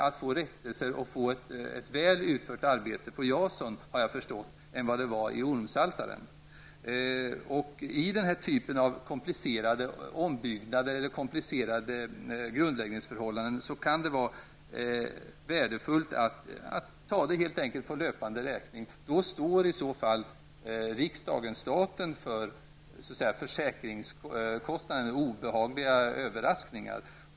Såvitt jag förstår var det mycket lättare att få rättelse och att få arbetet väl utfört i fråga om Jason än vad som var fallet vid Vid komplicerade grundläggningsförhållanden kan det vara värdefullt att träffa ett avtal om löpande räkning. Då står riksdagen, staten, för försäkringskostnaderna vid obehagliga överraskningar.